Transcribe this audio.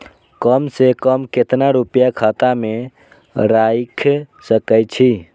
कम से कम केतना रूपया खाता में राइख सके छी?